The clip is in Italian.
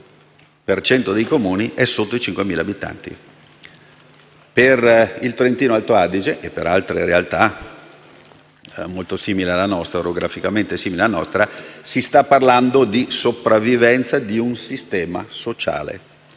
per cento dei Comuni è sotto i 5.000 abitanti. Per il Trentino-Alto Adige e per altre realtà orograficamente molto simili alla nostra, si sta parlando di sopravvivenza di un sistema sociale,